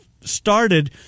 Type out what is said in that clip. started